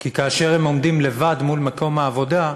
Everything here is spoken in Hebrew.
כי כאשר הם עומדים לבד מול מקום העבודה,